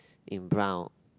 in brown